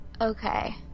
Okay